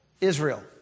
Israel